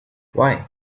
why